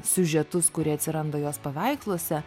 siužetus kurie atsiranda jos paveiksluose